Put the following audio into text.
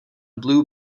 blue